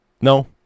No